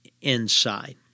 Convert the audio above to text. inside